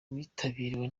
witabiriwe